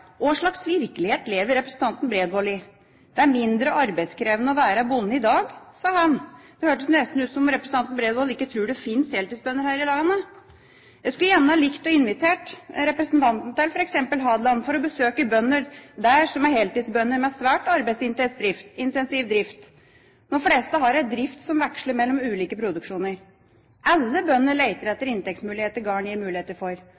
Hva slags virkelighet lever representanten Bredvold i? Det er mindre arbeidskrevende å være bonde i dag, sa han. Det høres nesten ut som om representanten Bredvold ikke tror det finnes heltidsbønder her i landet! Jeg skulle gjerne likt å invitere ham til f.eks. Hadeland for å besøke heltidsbønder med svært arbeidsintensiv drift. De fleste har drift som veksler mellom ulike produksjoner. Alle bønder leter etter inntektsmuligheter garden gir muligheter for.